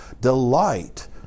delight